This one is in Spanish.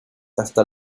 hasta